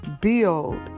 build